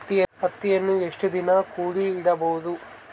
ಹತ್ತಿಯನ್ನು ಎಷ್ಟು ದಿನ ಕೂಡಿ ಇಡಬಹುದು?